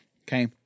Okay